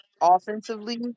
offensively